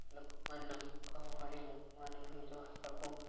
ଲୋକମାନଙ୍କ ଭଳି ଲୋକମାନେ ନିଜ ଭାଷାକୁ